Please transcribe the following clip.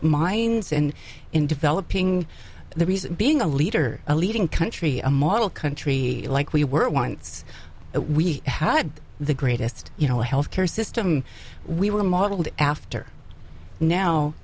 minds and in developing the reason being a leader a leading country a model country like we were once we had the greatest you know health care system we were modeled after now